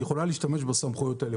היא יכולה להשתמש בסמכויות האלה.